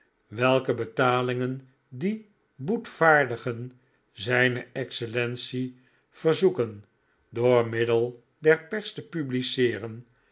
welke betalingen die boetvaardigen zijne excellence verzoeken door middel der pers te publiceeren